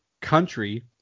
country